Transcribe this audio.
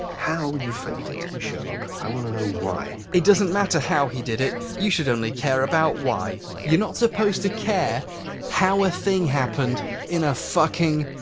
how you faked it, sherlock. i want to know why. it doesn't matter how he did it. you should only care about why. you're not supposed to care how a thing happened in a fucking,